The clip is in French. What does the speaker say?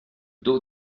dos